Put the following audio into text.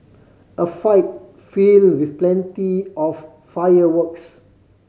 a fight filled with plenty of fireworks